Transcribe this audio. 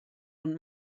und